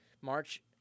March